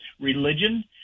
religion